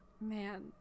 Man